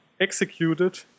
executed